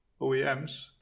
OEMs